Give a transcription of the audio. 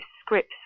scripts